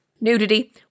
nudity